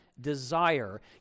desire